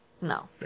No